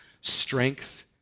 strength